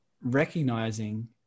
recognizing